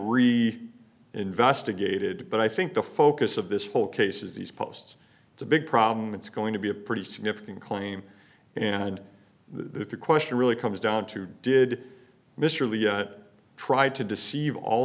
re investigated but i think the focus of this whole case is these posts it's a big problem it's going to be a pretty significant claim and the question really comes down to did mr lee yet tried to deceive all